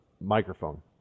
microphone